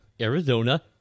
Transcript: Arizona